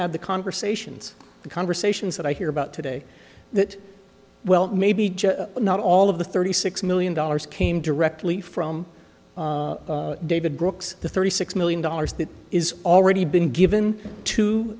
add the conversations the conversations that i hear about today that well maybe just not all of the thirty six million dollars came directly from david brooks the thirty six million dollars that is already been given to